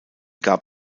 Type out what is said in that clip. gab